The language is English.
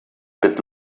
bit